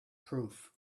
proof